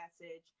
message